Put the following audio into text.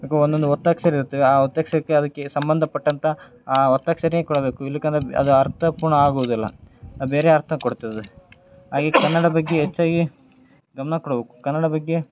ಇದು ಒಂದೊಂದು ಒತ್ತಕ್ಷರ ಇರುತ್ವೆ ಆ ಒತ್ತಕ್ಷರಕ್ಕೆ ಅದಕ್ಕೆ ಸಂಬಂಧಪಟ್ಟಂಥ ಆ ಒತ್ತಕ್ಷರನೇ ಕೊಡಬೇಕು ಏನಕ್ಕೆ ಅಂದರೆ ಅದು ಅದು ಅರ್ಥಪೂರ್ಣ ಆಗುವುದಿಲ್ಲ ಬೇರೆ ಅರ್ಥ ಕೊಡುತ್ತದ ಹಾಗೆ ಕನ್ನಡ ಬಗ್ಗೆ ಹೆಚ್ಚಾಗಿ ಗಮನ ಕೊಡಬೇಕು ಕನ್ನಡ ಬಗ್ಗೆ